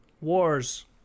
Wars